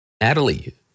Natalie